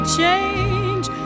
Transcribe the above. change